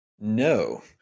No